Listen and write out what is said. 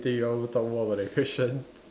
K you want talk more about that question